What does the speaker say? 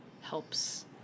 helps